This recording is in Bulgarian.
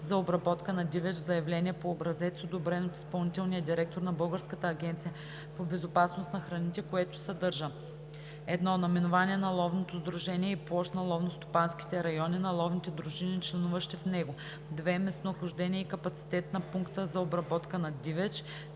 за обработка на дивеч заявление по образец, одобрен от изпълнителния директор на Българската агенция по безопасност на храните, което съдържа: 1. наименование на ловното сдружение и площ на ловностопанските райони на ловните дружини, членуващи в него; 2. местонахождение и капацитет на пункта за обработка на дивеч;